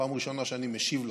פעם ראשונה שאני משיב לך.